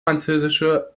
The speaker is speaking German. französische